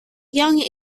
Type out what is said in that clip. young